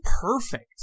perfect